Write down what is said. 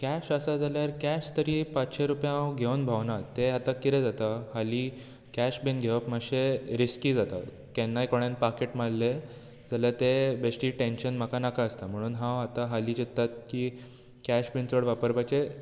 cash आसत जाल्यार cash तरी पांचशी रुपया हांव घेवन भोंवना तें आतां कितें जातात हाली कॅश बीन घेवप मातशें रिस्की जातात केन्नाय कोणेन पाकिट मारलें जाल्यार तें बेश्टी टॅन्शन म्हाका नाका आसता म्हणून हांव आतां हांली चितांत की कॅश बीन चड वापरपाचे